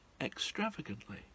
extravagantly